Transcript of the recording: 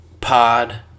pod